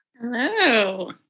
Hello